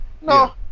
No